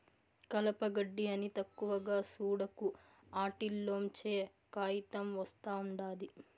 కలప, గెడ్డి అని తక్కువగా సూడకు, ఆటిల్లోంచే కాయితం ఒస్తా ఉండాది